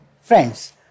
friends